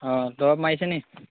অ দৰৱ মাৰিছেনি